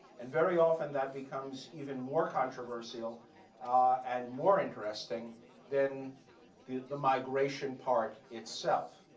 and very often, that becomes even more controversial and more interesting than the the migration part itself.